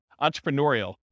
entrepreneurial